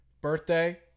birthday